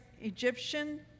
Egyptian